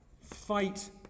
fight